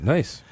Nice